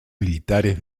militares